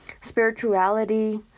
spirituality